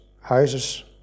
houses